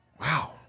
wow